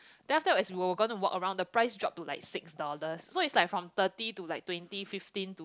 then after that as we were gonna walk around the price drop to like six dollars so it's like from thirty to like twenty fifteen to